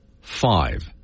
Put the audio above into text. five